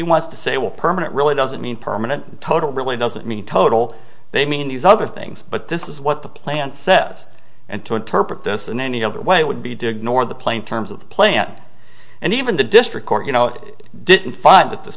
wants to say will permanent really doesn't mean permanent total really doesn't mean total they mean these other things but this is what the plan sets and to interpret this in any other way would be dig nor the plain terms of the plant and even the district court you know didn't find that th